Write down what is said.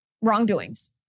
wrongdoings